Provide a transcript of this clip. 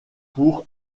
pour